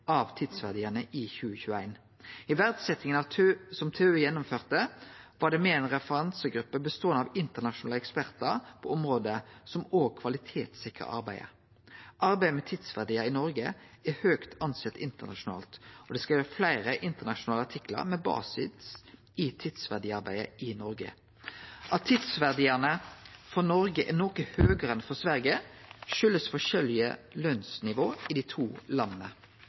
av tidsverdiane i 2021. I verdsetjinga som TØI gjennomførte, var det med ei referansegruppe beståande av internasjonale ekspertar på området som òg kvalitetssikra arbeidet. Arbeidet med tidsverdiar i Noreg er høgt respektert internasjonalt, og det er skrive fleire internasjonale artiklar med basis i tidsverdiarbeidet i Noreg. At tidsverdiane for Noreg er noko høgare enn for Sverige, kjem av forskjellige lønsnivå i dei to landa.